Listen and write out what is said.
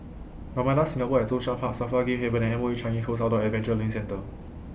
Ramada Singapore At Zhongshan Park SAFRA Game Haven and M O E Changi Coast Outdoor Adventure Learning Centre